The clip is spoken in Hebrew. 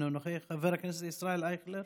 אינו נוכח, חבר הכנסת ישראל אייכלר,